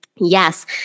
Yes